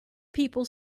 people